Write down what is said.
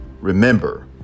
Remember